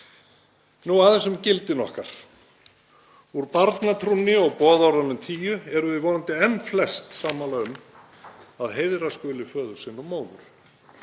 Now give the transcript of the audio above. Nú aðeins um gildin okkar. Úr barnatrúnni og boðorðunum tíu erum við vonandi enn flest sammála um að heiðra skuli föður sinn og móður.